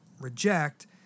reject